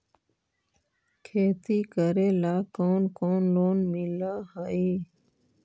खेती करेला कौन कौन लोन मिल हइ?